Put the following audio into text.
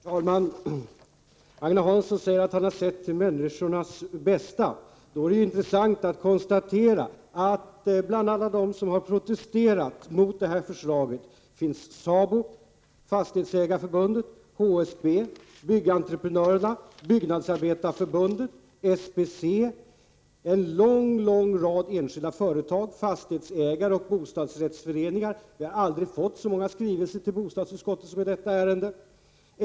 Herr talman! Agne Hansson säger att han har sett till människornas bästa. Då är det intressant att konstatera att bland alla dem som har protesterat mot förslaget finns SABO, Fastighetsägareförbundet, HSB, Byggentreprenörerna, Byggnadsarbetareförbundet, SBC och en lång rad enskilda företag, fastighetsägare och bostadsrättsföreningar. Bostadsutskottet har aldrig fått så många skrivelser som i detta ärende.